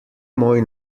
moj